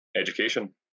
education